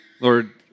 Lord